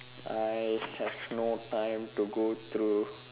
I have no time to go through